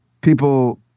people